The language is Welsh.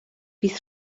bydd